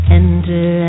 enter